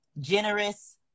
generous